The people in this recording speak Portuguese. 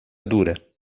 dura